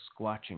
squatching